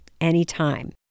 anytime